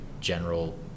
general